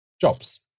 jobs